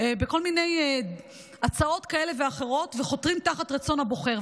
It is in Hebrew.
בכל מיני הצעות כאלה ואחרות וחותרים תחת רצון הבוחר.